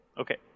Okay